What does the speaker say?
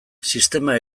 sistema